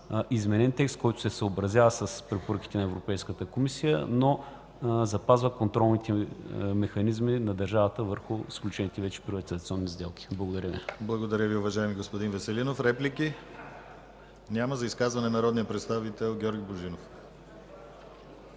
изменен текст, който се съобразява с препоръките на Европейската комисия, но запазва контролните механизми на държавата върху сключените вече приватизационни сделки. Благодаря Ви. ПРЕДСЕДАТЕЛ ДИМИТЪР ГЛАВЧЕВ: Благодаря Ви, уважаеми господин Веселинов. Реплики? Няма. За изказване – народният представител Георги Божинов.